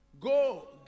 go